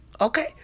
Okay